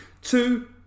Two